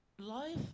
Life